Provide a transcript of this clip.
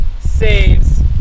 saves